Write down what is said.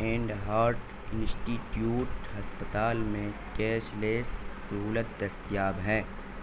and heart institute ہسپتال میں cashless سہولت دستیاب ہے